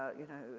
ah you know,